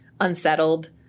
unsettled